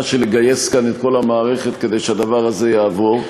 של לגייס כאן את כל המערכת כדי שהדבר הזה יעבור.